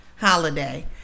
holiday